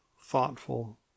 thoughtful